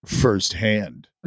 firsthand